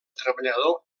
treballador